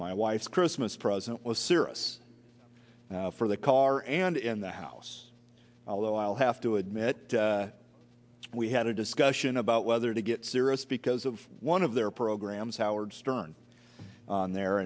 my wife's christmas present was serious for the car and in the house although i'll have to admit we had a discussion about whether to get serious because of one of their programs howard stern on there